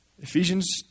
Ephesians